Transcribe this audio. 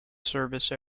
service